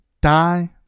die